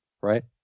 right